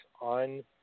on